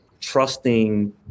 trusting